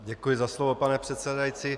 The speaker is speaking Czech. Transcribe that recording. Děkuji za slovo, pane předsedající.